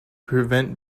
prevent